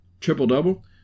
Triple-double